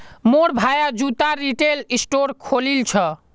मोर भाया जूतार रिटेल स्टोर खोलील छ